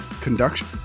Conduction